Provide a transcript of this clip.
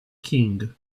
king